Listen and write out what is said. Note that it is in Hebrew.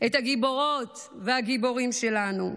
את הגיבורות והגיבורים שלנו.